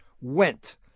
went